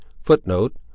footnote